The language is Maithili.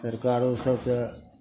सरकारो सब तऽ